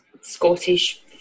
scottish